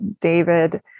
David